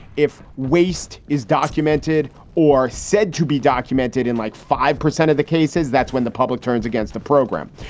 if waste is documented or said to be documented in like five. percent of the cases, that's when the public turns against the program.